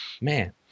man